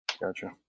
Gotcha